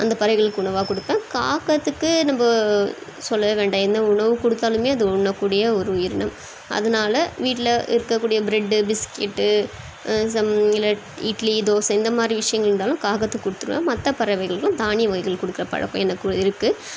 அந்த பறவைகளுக்கு உணவாக கொடுப்பேன் காகத்துக்கு நம்ம சொல்லவே வேண்டாம் எந்த உணவு கொடுத்தாலுமே அது உண்ணக்கூடிய ஒரு உயிரினம் அதனால வீட்டில் இருக்கக்கூடிய ப்ரெட்டு பிஸ்கெட்டு சம் இல்லை இட்லி தோசை இந்தமாதிரி விஷயங்கள் இருந்தாலும் காகத்துக்கு கொடுத்துருவேன் மற்ற பறவைகளுக்கெலாம் தானிய வகைகள் கொடுக்குற பழக்கம் எனக்குள்ளே இருக்குது